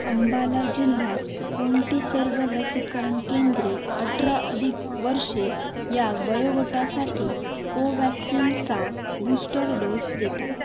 अंबाला जिल्ह्यात कोणती सर्व लसीकरण केंद्रे अठरा अधिक वर्षे या वयोगटासाठी कोव्हॅक्सिनचा बूस्टर डोस देतात